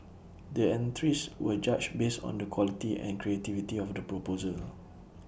the entries were judged based on the quality and creativity of the proposal